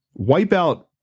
Wipeout